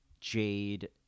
Jade